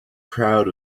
crowd